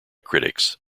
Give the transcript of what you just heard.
critics